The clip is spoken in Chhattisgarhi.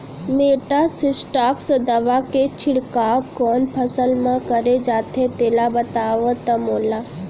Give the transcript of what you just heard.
मेटासिस्टाक्स दवा के छिड़काव कोन फसल म करे जाथे तेला बताओ त मोला?